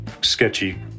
sketchy